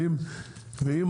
ואם